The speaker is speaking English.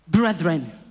brethren